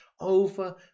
over